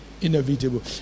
Inevitable